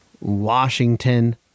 Washington